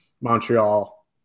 Montreal